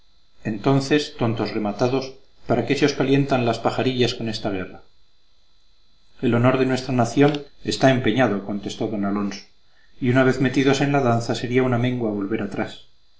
entonces tontos rematados para qué se os calientan las pajarillas con esta guerra el honor de nuestra nación está empeñado contestó d alonso y una vez metidos en la danza sería una mengua volver atrás